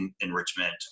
enrichment